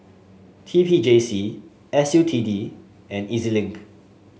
T P J C S U T D and E Z Link